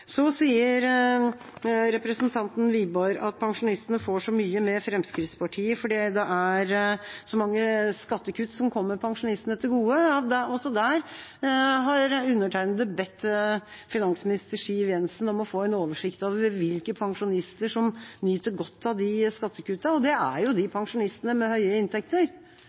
Så sier representanten Wiborg at pensjonistene får så mye med Fremskrittspartiet fordi det er så mange skattekutt som kommer pensjonistene til gode. Også der har undertegnede bedt finansminister Siv Jensen om å få en oversikt over hvilke pensjonister som nyter godt av de skattekuttene – og det er jo pensjonistene med høye inntekter,